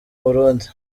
burundi